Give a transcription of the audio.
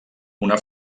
una